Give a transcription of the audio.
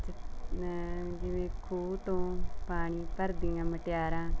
ਚਿਤ ਮੈਂ ਜਿਵੇਂ ਖੂਹ ਤੋਂ ਪਾਣੀ ਭਰਦੀਆਂ ਮੁਟਿਆਰਾਂ